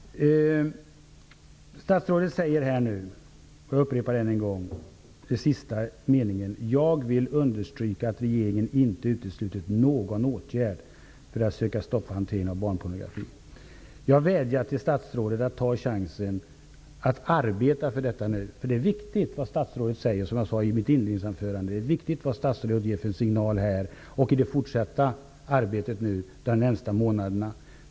Jag upprepar än en gång den sista meningen i svaret. Statsrådet säger där: ''Jag vill understryka att regeringen inte uteslutit någon åtgärd för att söka stoppa hanteringen av barnpornografi.'' Jag vädjar till statsrådet att nu ta chansen att arbeta för detta. Det är viktigt vad statsrådet säger, som jag sade i mitt inledningsanförande. Det är viktigt att statsrådet ger rätt signal här och i det fortsatta arbetet de närmaste månaderna.